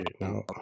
No